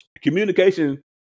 communication